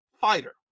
fighter